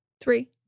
three